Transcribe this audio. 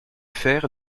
fer